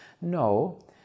No